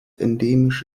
endemisch